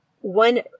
one